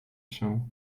się